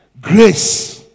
Grace